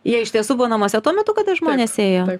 jie iš tiesų buvo namuose tuo metu kada žmonės ėjo